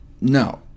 No